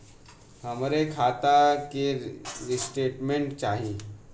हमरे खाता के स्टेटमेंट चाही?